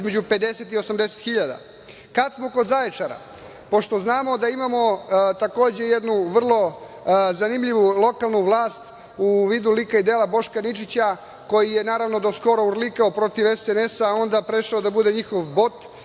između 50.000 i 80.000.Kad smo kod Zaječara, pošto znamo da imamo, takođe, i jednu vrlo zanimljivu lokalnu vlast u vidu lika i dela Boška Ničića koji je naravno do skoro urlikao protiv SNS, a onda prešao da bude njihov bot,